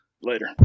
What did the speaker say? later